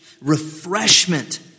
Refreshment